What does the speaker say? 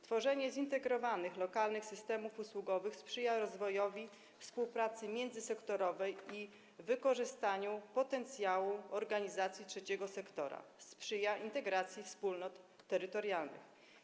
Tworzenie zintegrowanych lokalnych systemów usługowych sprzyja rozwojowi współpracy międzysektorowej i wykorzystaniu potencjału organizacji trzeciego sektora, sprzyja integracji wspólnot terytorialnych.